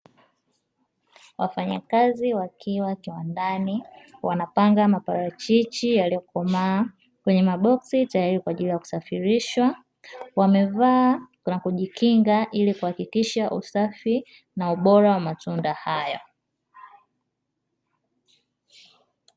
Wafanyakazi wakiwa kiwandani wanapanga maparachichi yaliyokomaa kwenye maboksi tayari kwa ajili ya kusafishwa. Wameva na kujikinga ili kuhakikisha usafi na ubora wa matunda haya.